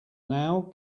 now